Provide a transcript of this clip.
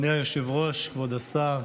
אדוני היושב-ראש, כבוד השר,